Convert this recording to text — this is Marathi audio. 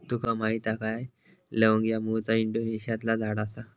तुका माहीत हा काय लवंग ह्या मूळचा इंडोनेशियातला झाड आसा